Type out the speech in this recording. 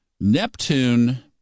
Neptune